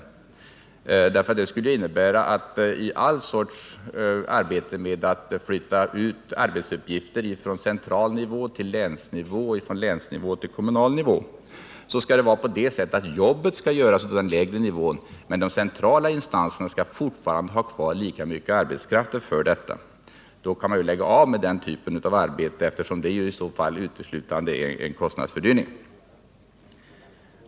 Hans argumentering innebär nämligen att de centrala instanserna fortfarande skall ha kvar lika stor arbetskraft som tidigare trots att arbetsuppgifterna flyttats från central nivå till länsnivå och från länsnivå till kommunal nivå och jobben alltså skall utföras av den lägre nivån. Då kan ju den högre nivån lägga av med den typen av arbete, eftersom det i så fall uteslutande innebär en kostnadsökning.